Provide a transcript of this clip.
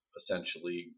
essentially